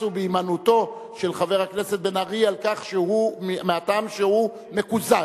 ובהימנעותו של חבר הכנסת בן-ארי מהטעם שהוא מקוזז.